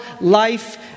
life